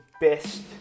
best